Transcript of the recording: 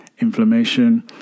inflammation